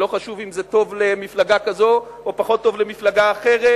ולא חשוב אם זה טוב למפלגה כזו או פחות טוב למפלגה אחרת,